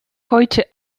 heute